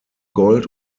gold